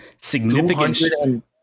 Significant